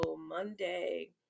Monday